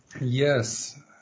Yes